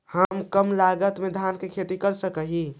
हम कम लागत में धान के खेती कर सकहिय?